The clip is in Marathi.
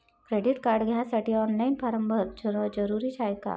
क्रेडिट कार्ड घ्यासाठी ऑनलाईन फारम भरन जरुरीच हाय का?